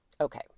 Okay